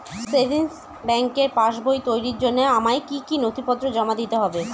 Savings ব্যাংকের পাসবই তৈরির জন্য আমার কি কি নথিপত্র জমা দিতে হবে?